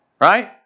right